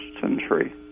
century